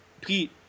Pete